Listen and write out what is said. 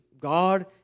God